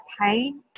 pain